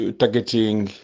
targeting